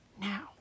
now